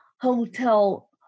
hotel